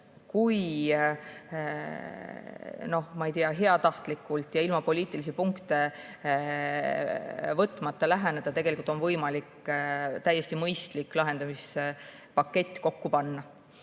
kui, noh, ma ei tea, heatahtlikult ja ilma poliitilisi punkte võtmata läheneda, siis tegelikult on võimalik täiesti mõistlik lahendamispakett kokku panna. Aga